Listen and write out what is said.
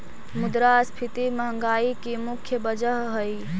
मुद्रास्फीति महंगाई की मुख्य वजह हई